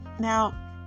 Now